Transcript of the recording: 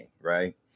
right